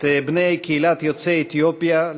את בני קהילת יוצאי אתיופיה,